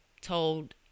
told